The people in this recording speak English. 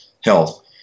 health